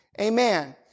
Amen